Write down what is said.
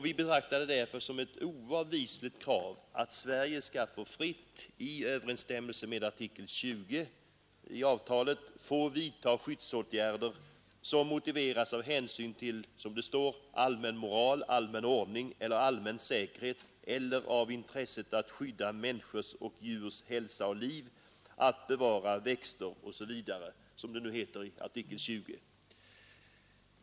Vi betraktar det därför som ett oavvisligt krav att Sverige skall få fritt i överensstämmelse med artikel 20 i avtalet vidta skyddsåtgärder som motiveras av hänsyn till allmän moral, allmän ordning eller allmän säkerhet eller av intresset att skydda människors och djurs hälsa och liv, att bevara växter osv., som det heter i artikel 20.